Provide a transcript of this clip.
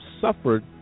suffered